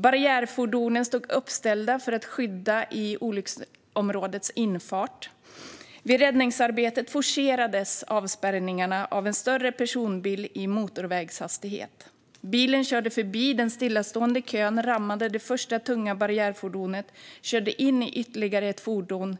Barriärfordonen stod uppställda för att skydda i olycksområdets infart. Vid räddningsarbetet forcerades avspärrningarna av en större personbil i motorvägshastighet. Bilen körde förbi den stillastående kön, rammade det första tunga barriärfordonet och körde in i ytterligare ett fordon